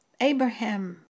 Abraham